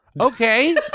Okay